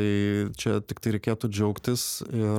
tai čia tiktai reikėtų džiaugtis ir